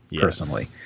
personally